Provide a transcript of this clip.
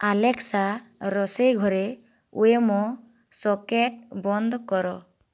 Alexa ରୋଷେଇ ଘରେ Wemo socket ବନ୍ଦ କର